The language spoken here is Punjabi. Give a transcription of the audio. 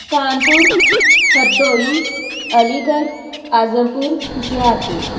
ਕਾਨਪੁਰ ਹਰਦੋਈ ਅਲੀਗੜ੍ਹ ਆਜ਼ਮਪੁਰ ਹੁਸ਼ਿਆਰਪੁਰ